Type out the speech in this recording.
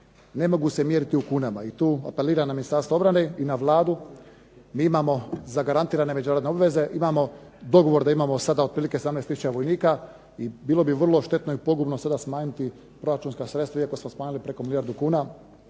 ne mogu se mjeriti u kunama i tu apeliram na Ministarstvo obrane i na Vladu. Mi imamo zagarantirane međunarodne obveze, imamo dogovor da imamo sada otprilike 17 tisuća vojnika i bilo bi vrlo štetno i pogubno sada smanjiti proračunska sredstva, iako smo smanjili preko milijardu kuna